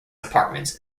apartments